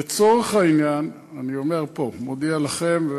לצורך העניין, אני אומר פה, מודיע לכם,